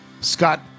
Scott